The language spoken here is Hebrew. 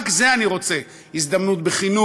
רק את זה אני רוצה: הזדמנות בחינוך,